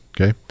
Okay